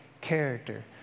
character